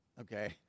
okay